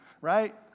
right